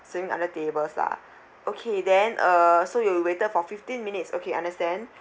serving other tables lah okay then uh so you waited for fifteen minutes okay understand